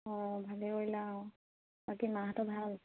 অঁ ভালে কৰিলা আকৌ বাকী মাহঁতৰ ভাল